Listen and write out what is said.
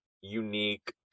unique